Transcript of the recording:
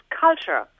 culture